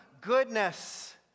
goodness